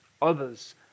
Others